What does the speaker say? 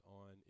on